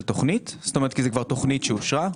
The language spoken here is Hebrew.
תוכנית ( כי יש כבר תוכנית שאושרה),